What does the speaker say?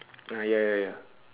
ah ya ya ya